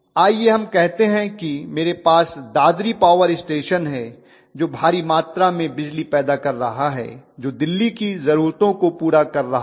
आइए हम कहते हैं कि मेरे पास दादरी पावर स्टेशन है जो भारी मात्रा में बिजली पैदा कर रहा है जो दिल्ली की जरूरतों को पूरा कर रहा है